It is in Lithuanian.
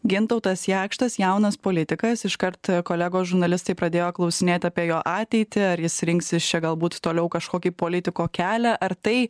gintautas jakštas jaunas politikas iškart kolegos žurnalistai pradėjo klausinėt apie jo ateitį ar jis rinksis čia galbūt toliau kažkokį politiko kelią ar tai